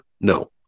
No